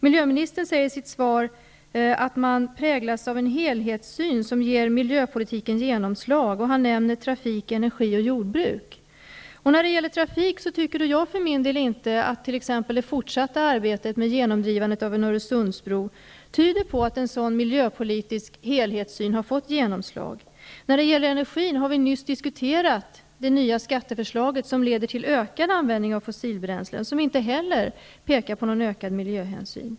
Miljöministern sade i sitt svar att regeringen präglas av en helhetssyn, som ger miljöpolitiken genomslag. Han nämnde trafik, energi och jordbruk som exempel. När det gäller trafik, anser jag för min del inte att det fortsatta arbetet med genomdrivandet av en Öresundsbro tyder på att en sådan miljöpolitisk helhetssyn har fått något genomslag. Beträffande energin har vi nyss diskuterat det nya skatteförslaget, som leder till ökad användning av fossilbränslen, vilket inte heller pekar på någon ökad miljöhänsyn.